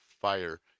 fire